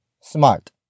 smart